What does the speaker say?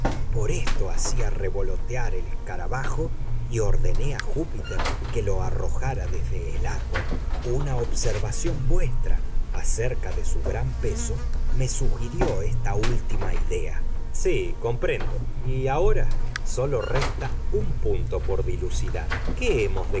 por esto hacía revolotear al escarabajo y ordené a júpiter que lo arrojara desde el árbol una observación vuestra acerca de su gran peso me sugirió esta última idea sí comprendo y ahora sólo resta un punto por dilucidar qué hemos de